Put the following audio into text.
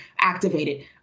activated